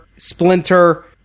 splinter